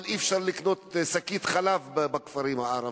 אבל אי-אפשר לקנות שקית חלב בכפרים הערביים.